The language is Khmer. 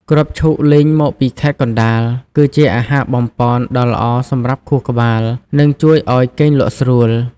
គ្រាប់ឈូកលីងមកពីខេត្តកណ្តាល គឺជាអាហារបំប៉នដ៏ល្អសម្រាប់ខួរក្បាល និងជួយឱ្យគេងលក់ស្រួល។